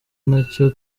nacyo